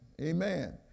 amen